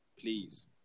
please